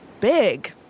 Big